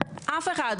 אף אחד.